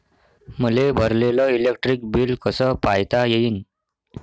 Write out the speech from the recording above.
मले भरलेल electric bill कस पायता येईन?